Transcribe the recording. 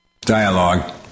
dialogue